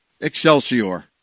Excelsior